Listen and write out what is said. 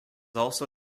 also